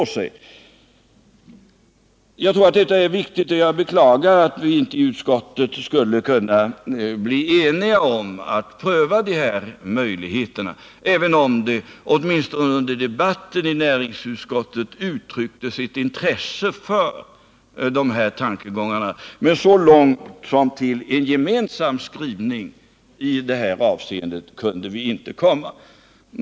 Jag tror att detta är viktigt, och jag beklagar att vi inte i utskottet kunde bli eniga om att pröva dessa möjligheter. Under debatten i näringsutskottet uttrycktes åtminstone ett intresse för dessa tankegångar, men så långt som till en gemensam skrivning i detta avseende kunde vi inte komma.